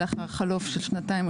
לאחר חלוף של שנתיים,